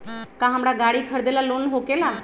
का हमरा गारी खरीदेला लोन होकेला?